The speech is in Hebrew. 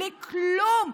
בלי כלום,